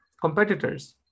competitors